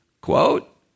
Quote